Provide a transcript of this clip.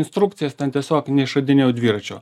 instrukcijas ten tiesiog neišradinėjau dviračio